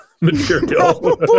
material